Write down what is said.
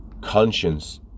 conscience